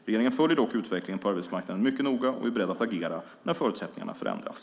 Regeringen följer dock utvecklingen på arbetsmarknaden mycket noga och är beredd att agera när förutsättningarna förändras.